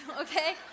okay